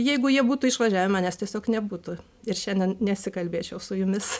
jeigu jie būtų išvažiavę manęs tiesiog nebūtų ir šiandien nesikalbėčiau su jumis